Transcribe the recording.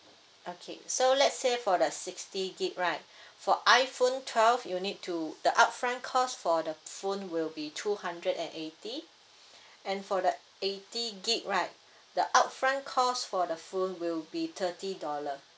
okay so let's say for the sixty gig right for iPhone twelve you need to the upfront cost for the phone will be two hundred and eighty and for the eighty gig right the upfront cost for the phone will be thirty dollar